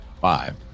Five